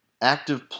active